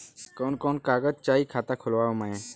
कवन कवन कागज चाही खाता खोलवावे मै?